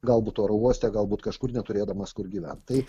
galbūt oro uoste galbūt kažkur neturėdamas kur gyvent tai